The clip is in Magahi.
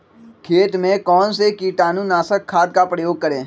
खेत में कौन से कीटाणु नाशक खाद का प्रयोग करें?